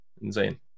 insane